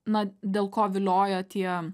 na dėl ko vilioja tie